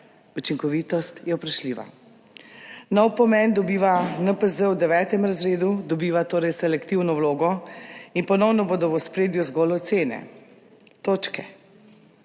učinkovitost je vprašljiva. Nov pomen dobiva NPZ v 9. razredu, dobiva torej selektivno vlogo in ponovno bodo v ospredju zgolj ocene, točke.